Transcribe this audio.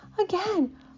again